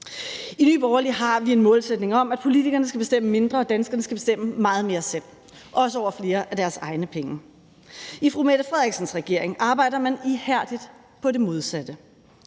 I Nye Borgerlige har vi en målsætning om, at politikerne skal bestemme mindre, og at danskerne skal bestemme meget mere selv, også over flere af deres egne penge. I fru Mette Frederiksens regering arbejder man ihærdigt på det modsatte.